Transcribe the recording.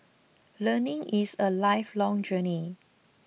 learning is a lifelong journey